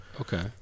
Okay